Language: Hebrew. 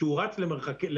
שהוא רץ למרתון,